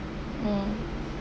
mm